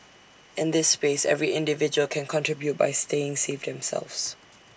in this space every individual can contribute by staying safe themselves